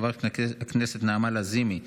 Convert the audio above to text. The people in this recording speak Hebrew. חברת הכנסת נעמה לזימי,